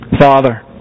Father